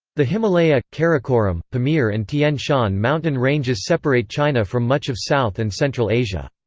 the himalaya, karakoram, pamir and tian shan mountain ranges separate china from much of south and central asia.